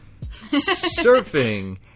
Surfing